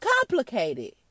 complicated